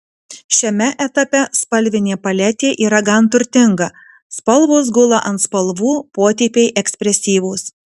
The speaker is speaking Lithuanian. šiame etape spalvinė paletė yra gan turtinga spalvos gula ant spalvų potėpiai ekspresyvūs